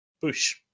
Push